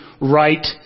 right